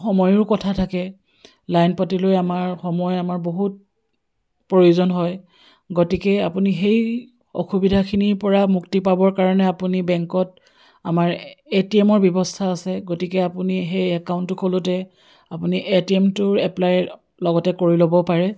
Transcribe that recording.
সময়ৰো কথা থাকে লাইন পাতিলৈ আমাৰ সময় আমাৰ বহুত প্ৰয়োজন হয় গতিকে আপুনি সেই অসুবিধাখিনিৰ পৰা মুক্তি পাবৰ কাৰণে আপুনি বেংকত আমাৰ এটিএমৰ ব্যৱস্থা আছে গতিকে আপুনি সেই একাউণ্টটো খলোঁতে আপুনি এটিএমটোৰ এপ্লাই লগতে কৰি ল'ব পাৰে